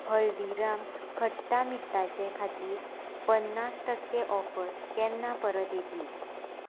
हल्दिराम्स खट्टा मीठाचे खातीर पन्नास टक्के ऑफर केन्ना परत येतली